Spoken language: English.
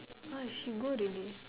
!oi! she go already